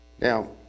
Now